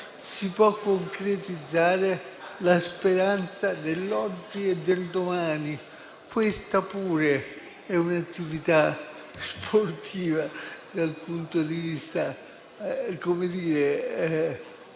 si può concretizzare la speranza dell'oggi e del domani. Questa pure è un'attività sportiva dal punto di vista politico